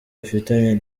afitiye